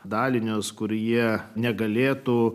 dalinius kur jie negalėtų